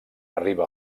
arriba